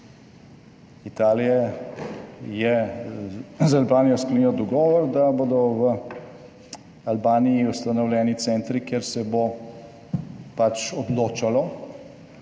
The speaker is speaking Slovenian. Italija je z Albanijo sklenila dogovor, da bodo v Albaniji ustanovljeni centri, kjer se bo pač odločalo